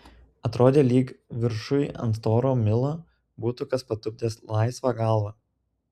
atrodė lyg viršuj ant storo milo būtų kas patupdęs laisvą galvą